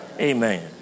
Amen